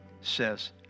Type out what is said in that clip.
says